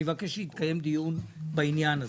אני מבקש שיתקיים דיון בעניין הזה,